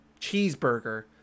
cheeseburger